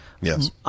Yes